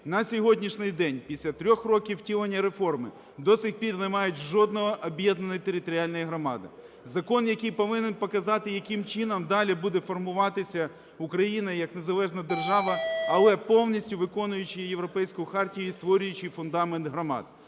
на сьогоднішній день після 3 років втілення реформи до сих пір не мають жодної об'єднаної територіальної громади. Закон, який повинен показати, яким чином далі буде формуватися Україна як незалежна держава, але повністю виконуючі Європейську хартію і створюючи фундамент громад.